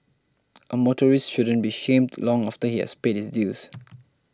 a motorist shouldn't be shamed long after he has paid his dues